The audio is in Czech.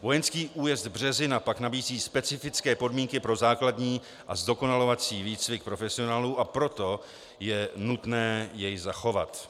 Vojenský újezd Březina pak nabízí specifické podmínky pro základní a zdokonalovací výcvik profesionálů, a proto je nutné jej zachovat.